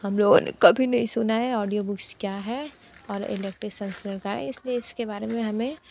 हम लोगों ने कभी नहीं सुना है ऑडियो बुक्स क्या हैं और इलेक्ट्रिक संस्करण का इस देश के बारे में हमें